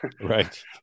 Right